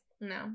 no